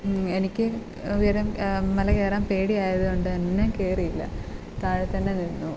എനിക്ക് ഉയരം മല കയറാൻ പേടി ആയതുകൊണ്ട് തന്നെ കയറിയില്ല താഴെ തന്നെ നിന്നു